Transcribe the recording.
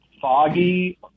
foggy